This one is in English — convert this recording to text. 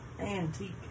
antique